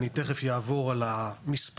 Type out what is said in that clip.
אני תכף אעבור על המספרים.